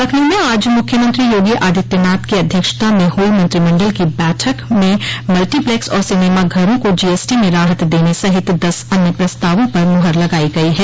लखनऊ मे आज मुख्यमंत्री योगी आदित्यनाथ की अध्यक्षता में हुई मंत्रिमंडल की बैठक में मल्टीप्लैक्स और सिनेमा घरों को जीएसटी में राहत देने सहित दस अन्य प्रस्तावों पर मुहर लगाई गई है